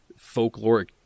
folkloric